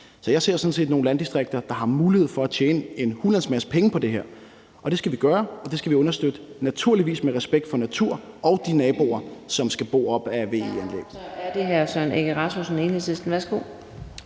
jeg ser sådan set nogle landdistrikter, der har mulighed for at tjene en hulens masse penge på det her, og det skal vi gøre, og det skal vi understøtte – naturligvis med respekt for naturen og de naboer, som skal bo op ad VE-anlæg.